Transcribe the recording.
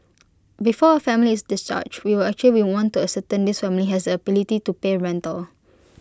before A family is discharged we actually will want to ascertain this family has the ability to pay rental